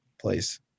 place